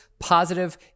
positive